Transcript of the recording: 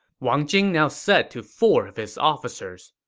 wang jing now said to four of his officers,